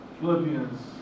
Philippians